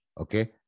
Okay